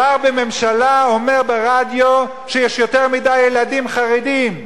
שר בממשלה אומר ברדיו שיש יותר מדי ילדים חרדים.